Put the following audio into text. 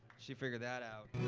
she figured that out.